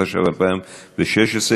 התשע"ו 2016,